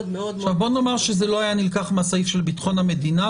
מאוד --- בואי נאמר שזה לא היה נלקח מהסעיף של ביטחון המדינה,